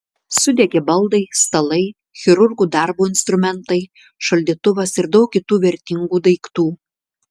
sudegė baldai stalai chirurgų darbo instrumentai šaldytuvas ir daug kitų vertingų daiktų